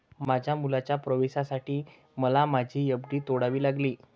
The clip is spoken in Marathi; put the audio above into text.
माझ्या मुलाच्या प्रवेशासाठी मला माझी एफ.डी तोडावी लागली